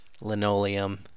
Linoleum